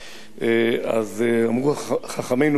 אז אמרו חכמינו זיכרונם לברכה,